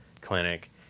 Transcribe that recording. clinic